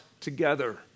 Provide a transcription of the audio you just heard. together